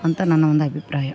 ಅಂಥ ನನ್ನ ಒಂದು ಅಭಿಪ್ರಾಯ